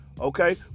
okay